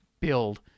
Build